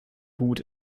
gut